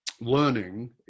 learning